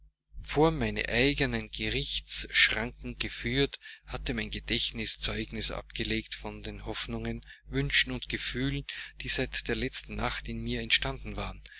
vor meine eigenen gerichtsschranken geführt hatte mein gedächtnis zeugnis abgelegt von den hoffnungen wünschen und gefühlen die seit der letzten nacht in mir erstanden waren